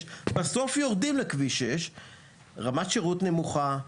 ובסוף יורדים לכביש 6. רמת שירות נמוכה,